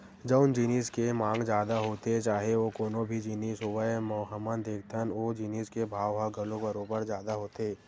जउन जिनिस के मांग जादा होथे चाहे ओ कोनो भी जिनिस होवय हमन देखथन ओ जिनिस के भाव ह घलो बरोबर जादा होथे